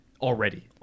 already